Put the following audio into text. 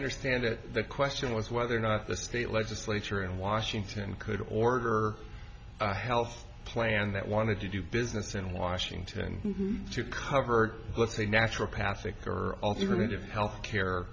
understand it the question was whether or not the state legislature in washington could order a health plan that wanted to do business in washington to cover let's say natural patric or alterative health care